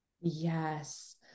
Yes